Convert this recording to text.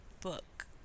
book